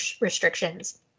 restrictions